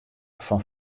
fan